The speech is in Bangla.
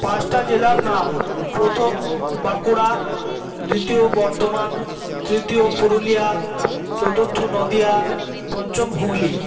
পাঁচটা জেলার নাম প্রথম বাঁকুড়া দ্বিতীয় বর্ধমান তৃতীয় পুরুলিয়া চতুর্থ নদীয়া পঞ্চম হুগলি